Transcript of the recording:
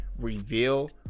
reveal